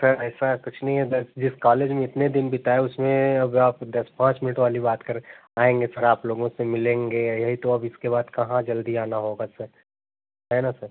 sir ऐसा कुछ नहीं है सर जिस कॉलेज में इतने दिन बिताए उसमें अब आप दस पाँच मिनट वाली बात कर रहे हैं आएँगे सर आप लोगों से मिलेंगे यही तो अब इसके बाद कहाँ जल्दी आना होगा सर है ना सर